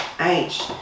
age